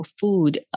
food